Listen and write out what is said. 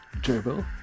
Dribble